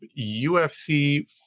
UFC